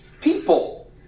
people